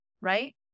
right